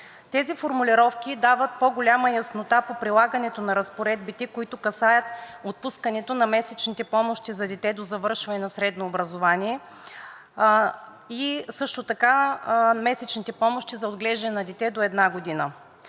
Тези формулировки дават по-голяма яснота по прилагането на разпоредбите, които касаят отпускането на месечните помощи за дете до завършване на средно образование и също така месечните помощи за отглеждане на дете до една година.